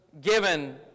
given